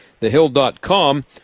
thehill.com